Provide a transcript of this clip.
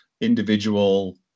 individual